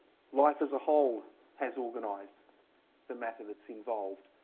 life as a whole has organized the matter that's involved.